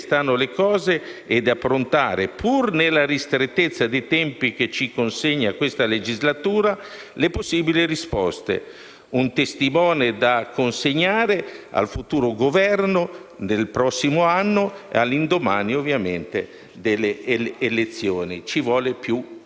Un testimone da consegnare al futuro Governo nel prossimo anno, all'indomani delle elezioni. Ci vuole più coraggio, ma anche un po' di capacità.